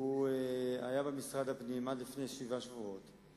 שהיה במשרד הפנים עד לפני שבעה שבועות.